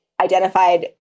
identified